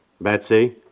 Betsy